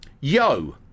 yo